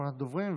אחרונת הדוברים,